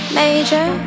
major